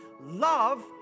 Love